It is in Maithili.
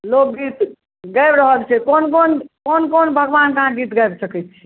लोकगीत गाबि रहल छियै कोन कोन कोन भगवानके अहाँ गीत गाबि सकैत छी